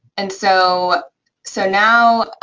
and so so now,